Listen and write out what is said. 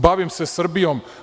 Bavim se Srbijom.